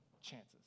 chances